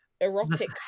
erotic